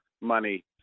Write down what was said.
money